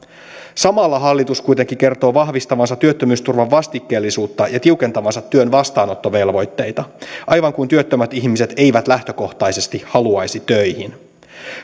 samalla hallitus kuitenkin kertoo vahvistavansa työttömyysturvan vastikkeellisuutta ja tiukentavansa työn vastaanottovelvoitteita aivan kuin työttömät ihmiset eivät lähtökohtaisesti haluaisi töihin